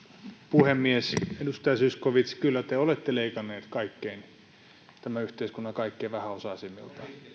puhemies edustaja zyskowicz kyllä te olette leikanneet tämän yhteiskunnan kaikkein vähäosaisimmilta ja